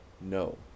No